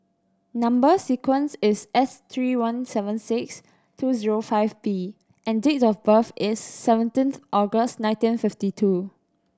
number sequence is S three one seven six two zero five B and date of birth is seventeenth August nineteen fifty two